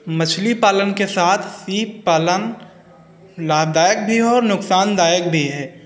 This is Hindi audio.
मछली पालन के साथ सीप पालन लाभदायक भी है नुकसानदायक भी है